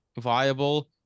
viable